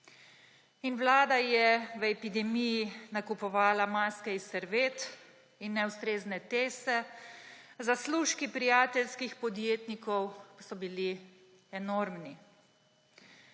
vlada je v epidemiji nakupovala maske iz serviet in neustrezne teste, zaslužki prijateljskih podjetnikov so bili enormni.